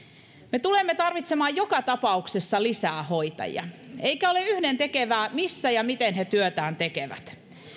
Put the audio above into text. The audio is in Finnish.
me tulemme tarvitsemaan joka tapauksessa lisää hoitajia eikä ole yhdentekevää missä ja miten he työtään tekevät